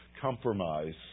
compromise